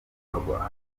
ibikorwa